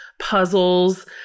puzzles